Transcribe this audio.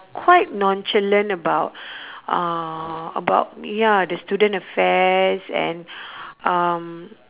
quite nonchalant about uh about ya the student affairs and um